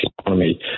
Economy